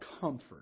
comfort